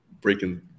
breaking